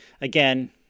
again